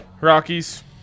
Rockies